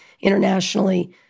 internationally